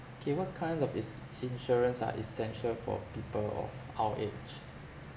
K what kind of is~ insurance are essential for people of our age